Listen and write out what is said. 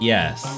Yes